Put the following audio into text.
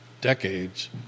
decades